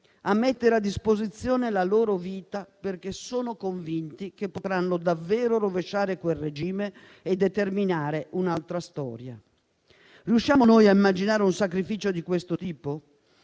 a mettere a disposizione la loro vita, convinti che potranno davvero rovesciare quel regime e determinare un'altra storia. Riusciamo noi a immaginare un sacrificio di questo tipo?